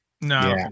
No